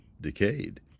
decayed